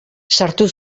sartu